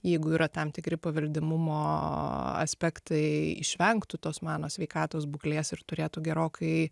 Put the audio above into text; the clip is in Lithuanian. jeigu yra tam tikri paveldimumo aspektai išvengtų tos mano sveikatos būklės ir turėtų gerokai